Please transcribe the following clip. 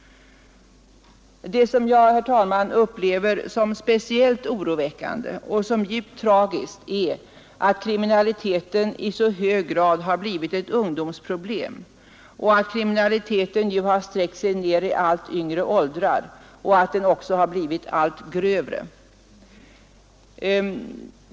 Det som jag upplever som speciellt oroväckande och djupt tragiskt är att kriminaliteten i så hög grad har blivit ett ungdomsproblem och att den nu har sträckt sig ner i allt yngre åldrar, samtidigt som den har blivit allt grövre.